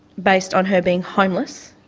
based on her being homeless,